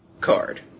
card